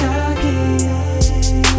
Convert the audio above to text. again